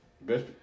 Best